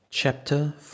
Chapter